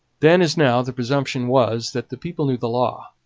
then, as now, the presumption was that the people knew the law,